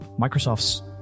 Microsoft's